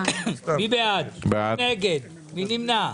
8. מי בעד, מי נגד, מי נמנע?